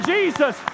Jesus